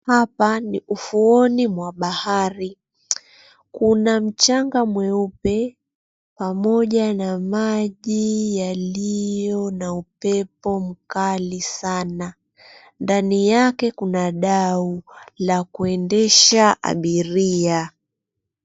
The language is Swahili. Hapa ni ufuoni mwa bahari. Kuna mchanga mweupe pamoja na maji yaliyo na upepo mkali sana. Ndani yake kuna dau la kuendesha abiria.